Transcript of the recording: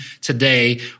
today